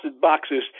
boxes